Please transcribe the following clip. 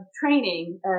training